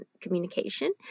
communication